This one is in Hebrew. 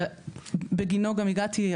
שבגינו גם הגעתי.